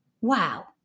Wow